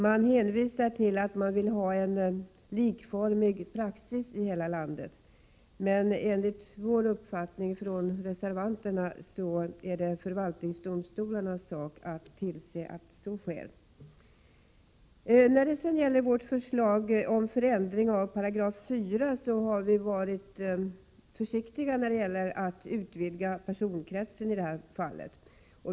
Man hänvisar till att man vill att det skall bli likformig praxis i hela landet. Enligt reservanternas uppfattning är det emellertid förvaltningsdomstolarnas sak att tillse att så sker. Beträffande vårt förslag om förändring av 4 § har vi varit försiktiga när det gäller att utvidga personkretsen.